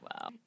Wow